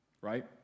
Right